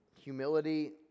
humility